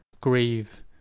grieve